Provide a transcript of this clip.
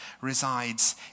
resides